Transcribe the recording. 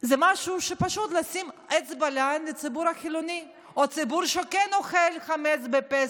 זה פשוט לשים אצבע בעין לציבור החילוני או לציבור שכן אוכל חמץ בפסח.